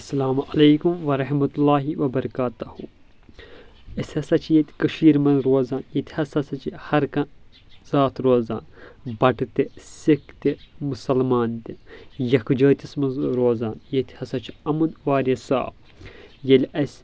السلام عليكم ورحمة الله وبركاته أسۍ ہسا چھِ ییٚتہِ کٔشیٖرِ منٛز روزان ییٚتہِ ہسا چھِ ہر کانٛہہ ذات روزان بٹہٕ تہِ سِکھ تہِ مسلمان تہِ یِکھ جوتس منٛز روزان ییٚتہِ ہسا چھُ امُن واریاہ صاف ییٚلہِ اسہِ